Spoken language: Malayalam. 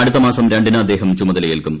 അടുത്ത മാസം രണ്ടിന് അദ്ദേഹം ചുമതലയേൽക്കും